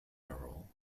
arrow